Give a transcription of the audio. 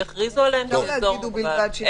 שיכריזו עליהן כעל אזור מוגבל.